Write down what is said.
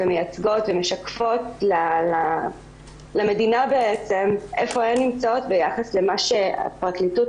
מייצגות ומשקפות למדינה איפה הן נמצאות ביחס למה שהפרקליטות,